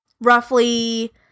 roughly